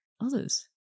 others